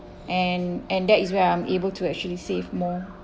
and and that is where I'm able to actually save more